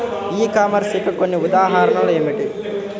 ఈ కామర్స్ యొక్క కొన్ని ఉదాహరణలు ఏమిటి?